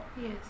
yes